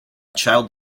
child